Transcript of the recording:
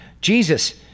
Jesus